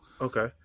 Okay